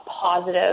positive